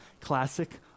classic